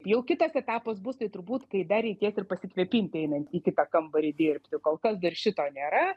jau kitas etapas bus tai turbūt kai dar reikės ir pasikvėpinti einant į kitą kambarį dirbti kol kas dar šito nėra